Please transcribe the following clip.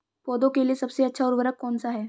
पौधों के लिए सबसे अच्छा उर्वरक कौनसा हैं?